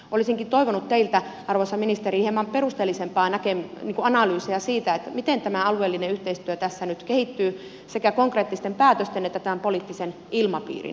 olisinkin toivonut teiltä arvoisa ministeri hieman perusteellisempaa analyysia siitä miten tämä alueellinen yhteistyö tässä nyt kehittyy sekä konkreettisten päätösten että tämän poliittisen ilmapiirin valossa